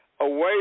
away